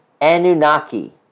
Anunnaki